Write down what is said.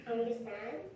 Understand